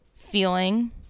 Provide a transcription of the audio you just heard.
feeling